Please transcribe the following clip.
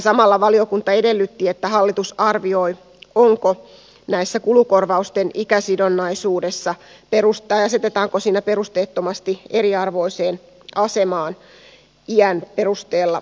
samalla valiokunta edellytti että hallitus arvioi asetetaanko kulukorvausten ikäsidonnaisuudessa asiakkaita perusteettomasti eriarvoiseen asemaan iän perusteella